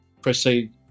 proceed